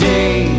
Day